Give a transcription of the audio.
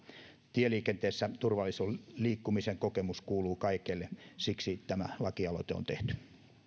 tieliikenteessä turvallisen liikkumisen kokemus kuuluu kaikille siksi tämä lakialoite on tehty